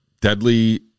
deadly